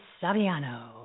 Saviano